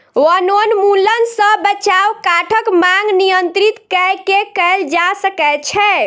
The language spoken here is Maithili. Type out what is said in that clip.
वनोन्मूलन सॅ बचाव काठक मांग नियंत्रित कय के कयल जा सकै छै